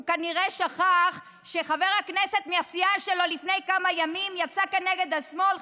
הוא כנראה שכח שחבר הכנסת מהסיעה שלו יצא לפני כמה ימים כנגד השמאל,